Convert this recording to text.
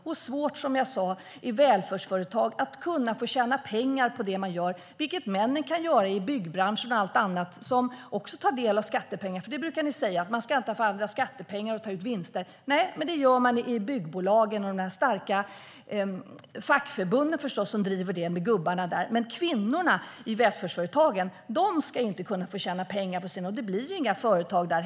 Det är svårt att i välfärdsföretag tjäna pengar på det de gör, vilket männen kan göra i byggbranschen och andra företag som också tar del av skattepengar. Ni brukar säga att man skattar för andras skattepengar och tar ut vinster. Det gör man i byggbolagen och de starka fackförbunden som drivs av gubbarna. Kvinnorna i välfärdsföretagen ska inte få tjäna pengar på sina företag. Det blir inte heller några företag där.